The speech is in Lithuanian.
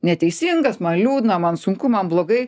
neteisingas man liūdna man sunku man blogai